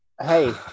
Hey